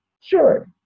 sure